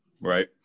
right